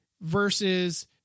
versus